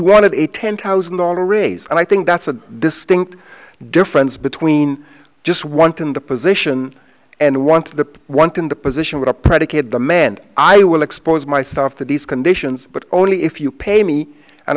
wanted a ten thousand on a raise and i think that's a distinct difference between just want in the position and want the want in the position with a predicate demand i will expose myself to these conditions but only if you pay me an